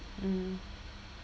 mmhmm